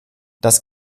das